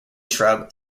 shrub